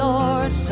Lord